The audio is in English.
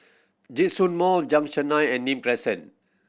Djitsun Mall Junction Nine and Nim Crescent